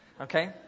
Okay